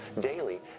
Daily